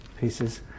pieces